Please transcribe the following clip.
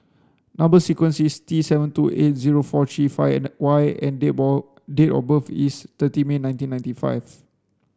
number sequence is T seven two eight zero four three five Y and date of birth is thirty May nineteen ninety five